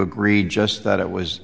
agree just that it was